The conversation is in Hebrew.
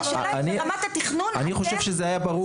האם אתם חושבים על זה ברמת התכנון?